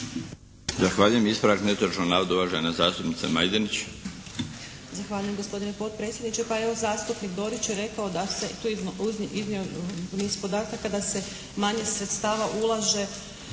Zahvaljujem. Ispravak netočnog navoda uvažena zastupnica Majdenić.